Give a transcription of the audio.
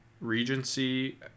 regency